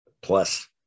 plus